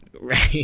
right